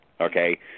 Okay